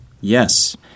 Yes